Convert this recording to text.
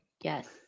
Yes